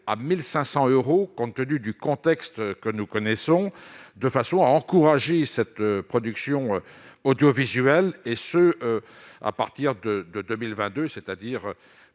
à 1500 euros compte tenu du contexte que nous connaissons de façon à encourager cette production audiovisuelle et ce à partir de 2022, c'est-à-dire